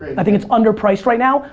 i think it's underpriced right now.